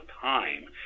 time